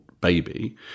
baby